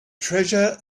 treasure